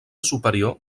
superior